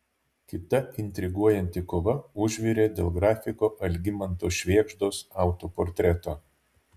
kita intriguojanti kova užvirė dėl grafiko algimanto švėgždos autoportreto